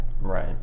right